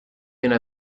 viene